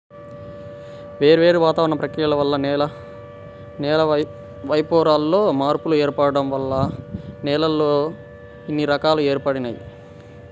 వేర్వేరు వాతావరణ ప్రక్రియల వల్ల నేల పైపొరల్లో మార్పులు ఏర్పడటం వల్ల నేలల్లో ఇన్ని రకాలు ఏర్పడినియ్యి